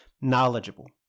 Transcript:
knowledgeable